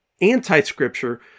anti-Scripture